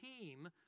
team